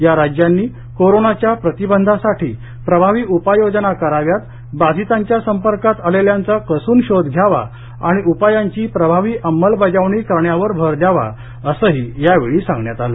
या राज्यांनी कोरोनाच्या प्रतिबंधासाठी प्रभावी उपययोजना कराव्यात बाधितांच्या संपर्कात आलेल्यांचा कसून शोध घ्यावा आणि उपायांची प्रभावी अंमलबजावणी करण्यावर भर द्यावा असंही यावेळी सांगण्यात आलं